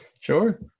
Sure